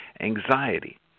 anxiety